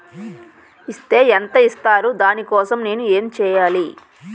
Is తే ఎంత ఇస్తారు దాని కోసం నేను ఎంచ్యేయాలి?